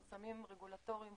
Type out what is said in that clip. חסמים רגולטוריים,